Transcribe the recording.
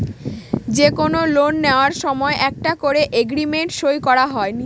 যে কোনো লোন নেওয়ার সময় একটা করে এগ্রিমেন্ট সই করা হয়